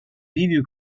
ливию